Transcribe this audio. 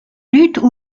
luttent